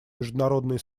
международные